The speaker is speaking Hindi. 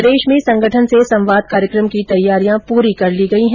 प्रदेश में संगठन से संवाद कार्यक्रम की तैयारियां पूरी कर ली गई है